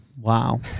Wow